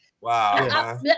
Wow